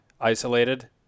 isolated